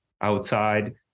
outside